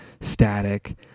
static